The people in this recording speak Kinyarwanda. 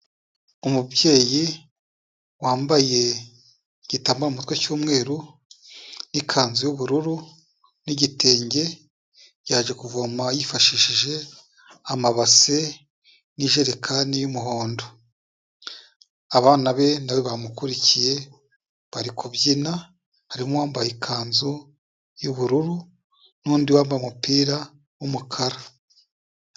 Umubyeyi wambaye igitambaro mu mutwe cy'umweru n'ikanzu y'ubururu n'igitenge, yaje kuvoma yifashishije amabase n'ijerekani y'umuhondo. Abana be nabo bamukurikiye bari kubyina, harimo wambaye ikanzu y'ubururu n'undi wambaye umupira w'umukara.